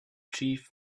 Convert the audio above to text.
chief